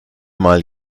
mal